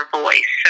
voice